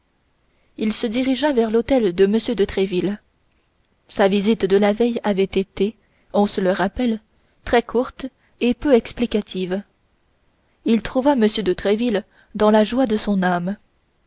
il se dirigea vers l'hôtel de m de tréville sa visite de la veille avait été on se le rappelle très courte et très peu explicative il trouva m de tréville dans la joie de son âme